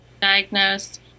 diagnosed